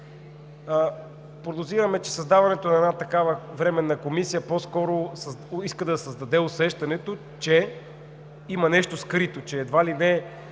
Подозираме, че създаването на една такава временна комисия по-скоро иска да създаде усещането, че има нещо скрито, че едва ли не